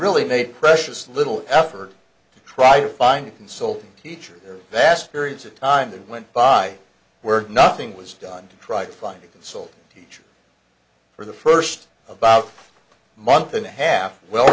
really made precious little effort to try to find a console teacher that periods of time that went by where nothing was done to try to find a consultant teacher for the first about a month and a half well